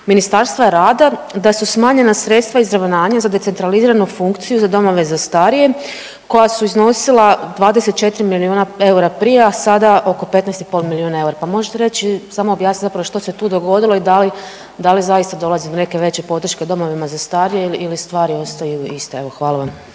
Ministarstva rada da su smanjena sredstva izravnanja za decentraliziranu funkciju za domove za starije koja su iznosila 24 milijuna eura prije, a sada oko 15,5 milijuna eura, pa možete reći, samo objasniti zapravo što se tu dogodilo i da li, da li zaista dolazi do neke veće podrške domovima za starije ili, ili stvari ostaju iste? Evo, hvala vam.